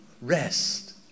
rest